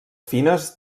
fines